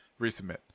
resubmit